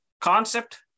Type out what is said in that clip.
concept